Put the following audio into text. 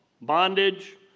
bondage